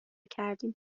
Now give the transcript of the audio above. کردیم